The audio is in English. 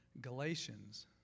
Galatians